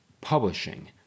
publishing